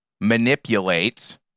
manipulate